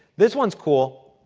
this one's cool.